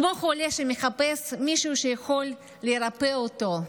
כמו חולה שמחפש מישהו שיכול לרפא אותו,